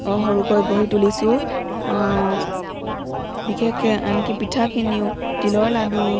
অ' সৰুকৈ গঢ়ি তুলিছোঁ বিশেষকৈ আনকি পিঠাখিনিও তিলৰ লাড়ু